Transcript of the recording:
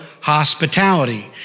Hospitality